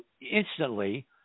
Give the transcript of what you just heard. instantly